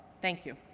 thank you!